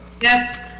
Yes